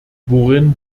worin